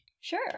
Sure